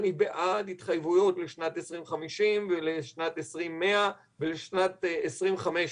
אני בעד התחייבויות לשנת 2050 ולשנת 2100 ולשנת 2500,